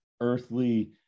earthly